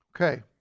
Okay